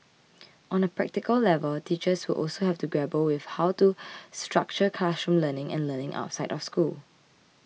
on a practical level teachers will also have to grapple with how to structure classroom learning and learning outside of school